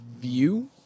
View